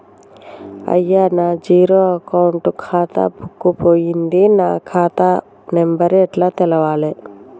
అయ్యా నా zero account ఖాతా బుక్కు పోయింది నా ఖాతా నెంబరు ఎట్ల తెలవాలే?